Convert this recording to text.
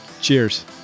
cheers